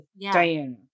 Diana